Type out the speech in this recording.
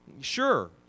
Sure